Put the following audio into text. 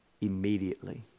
immediately